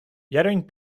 jarojn